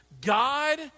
God